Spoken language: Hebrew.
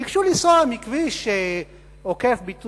ביקשו לנסוע מכביש עוקף-ביתוניא,